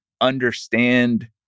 understand